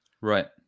Right